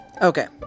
Okay